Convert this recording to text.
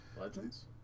Legends